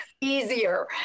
easier